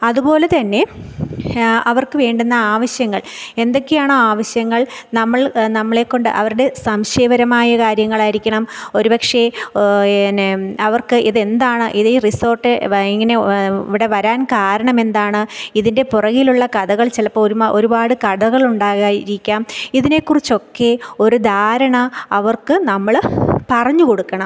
അതുപോലെതെന്നെ അവർക്കു വേണ്ടുന്ന ആവശ്യങ്ങൾ എന്തൊക്കെയാണോ ആവശ്യങ്ങൾ നമ്മൾ നമ്മളെ കൊണ്ട് അവ സംശയപരമായ കാര്യങ്ങളായിരിക്കണം ഒരു പക്ഷേ പിന്നെ അവർക്ക് ഇതെന്താണ് ഈ റിസോർട്ട് ഇങ്ങനെ ഇവിടെ വരാൻ കാരണമെന്താണ് ഇതിൻ്റെ പുറകിലുള്ള കഥകൾ ചിലപ്പോൾ ഒരുമ ഒരുപാട് കഥകൾ ഉണ്ടാകാമായിരിക്കാം ഇതിനെക്കുറിച്ചൊക്കെ ഒരു ധാരണ അവർക്ക് നമ്മൾ പറഞ്ഞു കൊടുക്കണം